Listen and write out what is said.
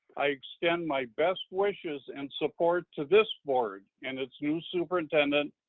i extend my best wishes and support to this board, and its new superintendent,